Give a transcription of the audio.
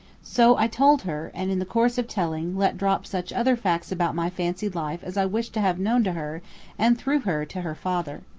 so i told her and in the course of telling, let drop such other facts about my fancied life as i wished to have known to her and through her to her father.